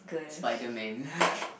spiderman